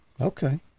Okay